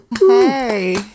Hey